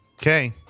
okay